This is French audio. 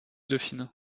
dauphine